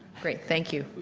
great. thank you.